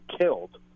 killed